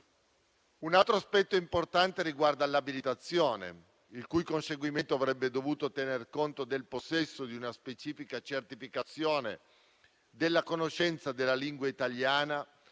Un altro aspetto importante riguarda l'abilitazione, il cui conseguimento avrebbe dovuto tener conto del possesso di una specifica certificazione della conoscenza della lingua italiana,